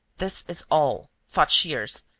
this is all, thought shears,